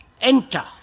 enter